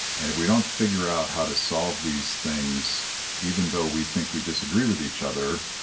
and if we don't figure out how to solve these things even though we think we disagree with each other,